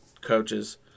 coaches